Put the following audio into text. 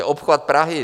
Obchvat Prahy.